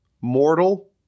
mortal